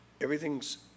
Everything's